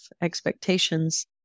expectations